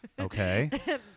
Okay